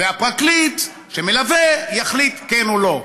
והפרקליט שמלווה יחליט: כן או לא.